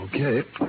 Okay